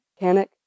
mechanic